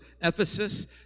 Ephesus